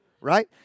right